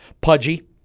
Pudgy